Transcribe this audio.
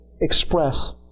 express